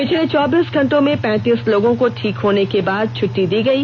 पिछले चौबीस घंटों में पैंतीस लोगों को ठीक होने के बाद छुट्टी दी गयी